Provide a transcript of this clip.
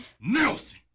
Nelson